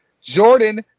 jordan